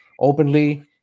openly